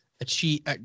achieve